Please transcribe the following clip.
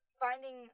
finding